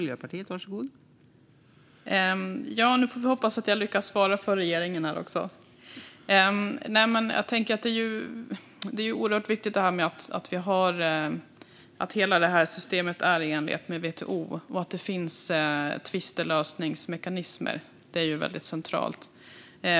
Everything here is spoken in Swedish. Fru talman! Nu får vi hoppas att jag lyckas svara för regeringen. Det är oerhört viktigt att hela systemet är i enlighet med WTO och att det finns tvistlösningsmekanismer, vilket är centralt.